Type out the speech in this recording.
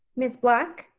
miss black?